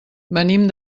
venim